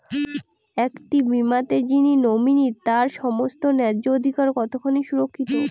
একটি বীমাতে যিনি নমিনি তার সমস্ত ন্যায্য অধিকার কতখানি সুরক্ষিত?